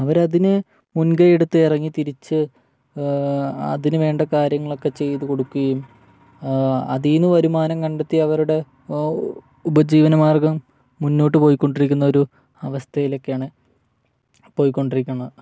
അവരതിന് മുൻകൈയെടുത്ത് ഇറങ്ങിത്തിരിച്ച് അതിന് വേണ്ട കാര്യങ്ങളൊക്കെ ചെയ്തുകൊടുക്കുകയും അതില് നിന്ന് വരുമാനം കണ്ടെത്തി അവരുടെ ഉപജീവനമാർഗ്ഗം മുന്നോട്ട് പോയിക്കൊണ്ടിരിക്കുന്ന ഒരു അവസ്ഥയിലൊക്കെയാണ് പോയിക്കൊണ്ടിരിക്കുന്നത്